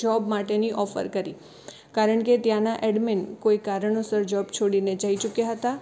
job માટેની offer કરી કારણ કે ત્યાંના ઍડમિન કોઇ કારણોસર જૉબ છોડીને જઇ ચૂક્યા હતા